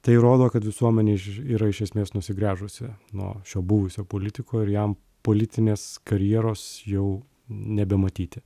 tai rodo kad visuomenėj yra iš esmės nusigręžusi nuo šio buvusio politiko ir jam politinės karjeros jau nebematyti